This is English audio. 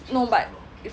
no but is